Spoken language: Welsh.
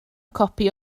copi